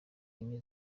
enye